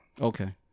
Okay